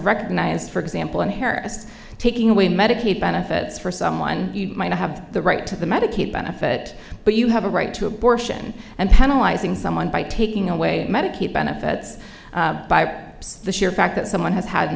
recognized for example in harris taking away medicaid benefits for someone to have the right to the medicaid benefit but you have a right to abortion and penalize in someone by taking away medicaid benefits by the sheer fact that someone has had an